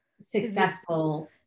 successful